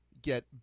get